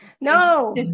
No